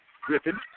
Griffin